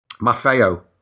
Maffeo